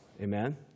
Amen